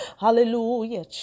Hallelujah